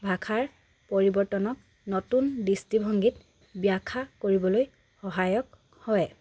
ভাষাৰ পৰিৱৰ্তনক নতুন দৃষ্টিভংগীত ব্যাখ্যা কৰিবলৈ সহায়ক হয়